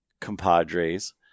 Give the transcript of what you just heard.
compadres